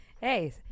hey